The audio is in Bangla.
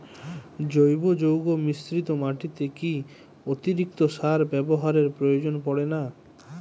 জৈব যৌগ মিশ্রিত মাটিতে কি অতিরিক্ত সার ব্যবহারের প্রয়োজন পড়ে না?